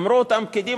אמרו אותם פקידים,